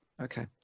Okay